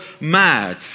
mad